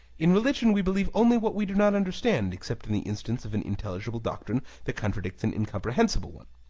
in religion we believe only what we do not understand, except in the instance of an intelligible doctrine that contradicts an incomprehensible one.